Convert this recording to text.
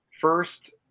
first